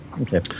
okay